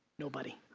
nobody.